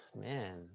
Man